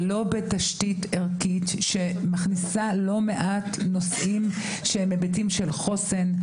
ולא בתשתית ערכית שמכניסה לא מעט נושאים שהם היבטים של חוסן,